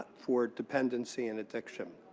for dependency and addiction.